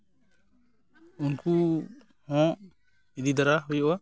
ᱩᱱᱠᱩ ᱦᱚᱸ ᱤᱫᱤ ᱫᱟᱨᱟ ᱦᱩᱭᱩᱜᱼᱟ